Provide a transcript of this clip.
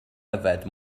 yfed